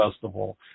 Festival